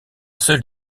seule